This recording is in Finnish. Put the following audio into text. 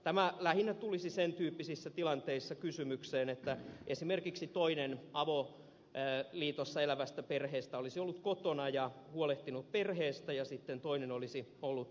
tämä lähinnä tulisi sen tyyppisissä tilanteissa kysymykseen että esimerkiksi toinen avoliitossa elävässä perheessä olisi ollut kotona ja huolehtinut perheestä ja toinen olisi ollut sitten työssä